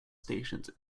stations